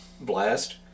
blast